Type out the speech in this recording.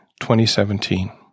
2017